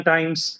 Times